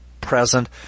present